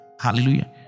Hallelujah